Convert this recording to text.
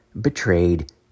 betrayed